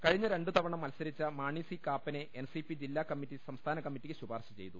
കഴിഞ്ഞ രണ്ടു തവണ മൽസരിച്ച മാണി സി കാപ്പനെ എൻസിപി ജില്ലാ കമ്മിറ്റി സംസ്ഥാന കമ്മിറ്റിക്ക് ശുപാർശ ചെയ്തു